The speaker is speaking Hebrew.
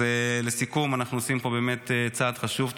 אז, לסיכום, אנחנו עושים פה באמת צעד חשוב.